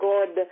God